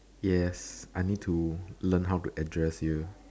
yes I need to learn how to address you